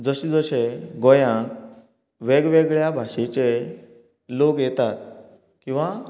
जशे जशे गाेंयाक वेग वेगळ्या भाशेचे लोक येतात किंवां